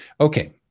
Okay